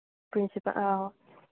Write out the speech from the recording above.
principal ꯑꯥ